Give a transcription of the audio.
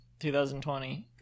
2020